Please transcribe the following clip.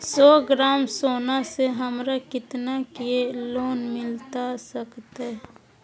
सौ ग्राम सोना से हमरा कितना के लोन मिलता सकतैय?